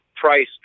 price